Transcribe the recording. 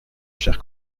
cher